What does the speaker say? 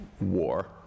war